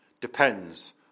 depends